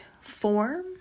form